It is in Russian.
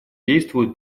действуют